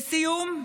לסיום,